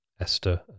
Esther